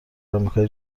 آمریکای